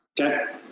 okay